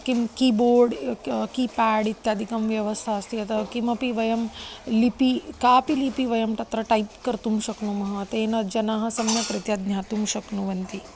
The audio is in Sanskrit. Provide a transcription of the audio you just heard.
किं कीबोर्ड् कीपेड् इत्यादिकं व्यवस्था अस्ति अतः किमपि वयं लिपिः कापि लिपिः वयं तत्र टैप् कर्तुं शक्नुमः तेन जनाः सम्यक्रीत्या ज्ञातुं शक्नुवन्ति